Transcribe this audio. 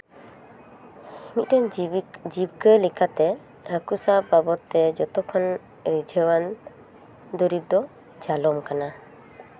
ᱢᱤᱫᱴᱮᱱ ᱡᱤᱵᱤᱠ ᱡᱤᱵᱠᱟᱹ ᱞᱮᱠᱟᱛᱮ ᱦᱟᱹᱠᱳ ᱥᱟᱵ ᱵᱟᱵᱚᱫ ᱛᱮ ᱡᱷᱚᱛᱚ ᱠᱷᱚᱱ ᱨᱤᱡᱷᱟᱹᱣᱟᱱ ᱫᱩᱨᱤᱵ ᱫᱚ ᱡᱟᱞᱟᱢ ᱠᱟᱱᱟ